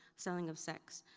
selling of sex,